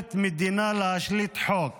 כיכולת מדינה להשליט חוק